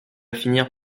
finir